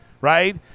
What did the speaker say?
right